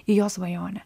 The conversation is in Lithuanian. į jo svajonę